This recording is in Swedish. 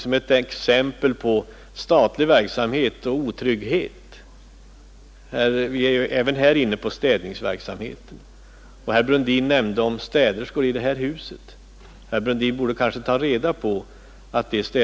Som ett exempel på otrygghet i statlig verksamhet talade herr Brundin då om städerskorna här i huset — även i detta fall gäller det städningsverksamhet.